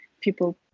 people